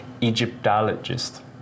Egyptologist